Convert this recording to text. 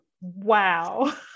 Wow